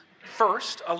First